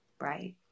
Right